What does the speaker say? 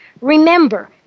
Remember